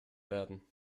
werden